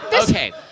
Okay